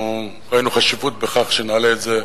אנחנו ראינו חשיבות בכך שנעלה את זה,